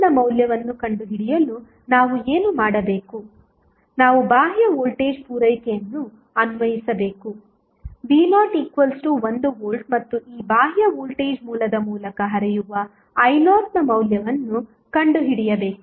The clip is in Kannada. ಈಗ RNನ ಮೌಲ್ಯವನ್ನು ಕಂಡುಹಿಡಿಯಲು ನಾವು ಏನು ಮಾಡಬೇಕು ನಾವು ಬಾಹ್ಯ ವೋಲ್ಟೇಜ್ ಪೂರೈಕೆ ಅನ್ನು ಅನ್ವಯಿಸಬೇಕು v0 1V ಮತ್ತು ಈ ಬಾಹ್ಯ ವೋಲ್ಟೇಜ್ ಮೂಲದ ಮೂಲಕ ಹರಿಯುವ i0ನ ಮೌಲ್ಯವನ್ನು ಕಂಡುಹಿಡಿಯಬೇಕು